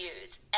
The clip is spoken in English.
use